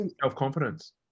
self-confidence